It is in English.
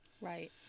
Right